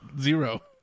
zero